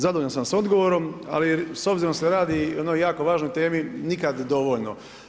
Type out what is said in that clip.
Zadovoljan sam s odgovorom ali obzirom da se radi o jednoj jako važnoj temi, nikad dovoljno.